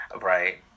Right